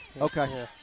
Okay